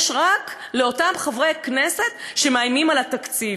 יש רק לאותם חברי כנסת שמאיימים על התקציב.